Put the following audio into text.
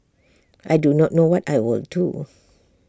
I do not know what I will do